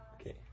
Okay